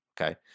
Okay